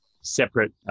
separate